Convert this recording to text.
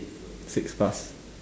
six stars